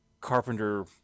Carpenter